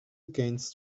against